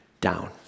down